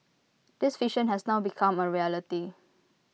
this vision has now become A reality